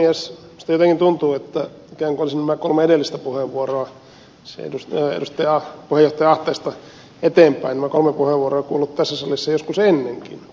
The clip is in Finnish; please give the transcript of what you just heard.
minusta jotenkin tuntuu ikään kuin olisin nämä kolme edellistä puheenvuoroa puheenjohtaja ahteesta eteenpäin kuullut tässä salissa joskus ennenkin